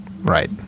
Right